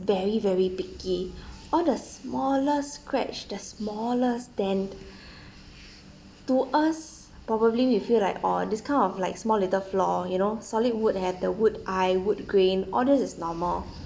very very picky all the smallest scratch the smallest dent to us probably we'll feel like oh this kind of like small little flaw you know solid wood have the wood eye wood grain all this is normal